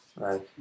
Right